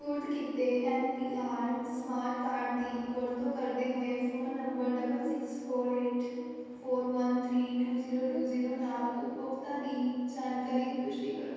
ਸਪੁਰਦ ਕੀਤੇ N P R smart card ਦੀ ਵਰਤੋਂ ਕਰਦੇ ਹੋਏ phone number double six four eight four one three two zero two zero ਨਾਲ ਉਪਭੋਗਤਾ ਦੀ ਜਾਣਕਾਰੀ ਦੀ ਪੁਸ਼ਟੀ ਕਰੋ